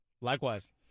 Likewise